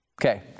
Okay